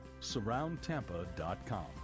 surroundtampa.com